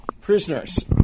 prisoners